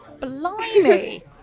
Blimey